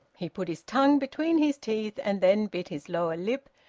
he put his tongue between his teeth and then bit his lower lip,